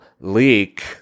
leak